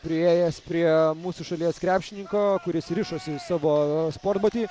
priėjęs prie mūsų šalies krepšininko kuris rišosi savo sportbatį